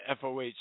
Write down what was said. Foh